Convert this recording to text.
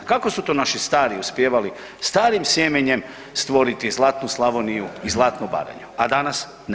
Kako su to naši stari uspijevali starim sjemenjem stvoriti zlatnu Slavoniju i zlatnu Baranju, a danas ne ide?